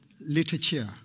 literature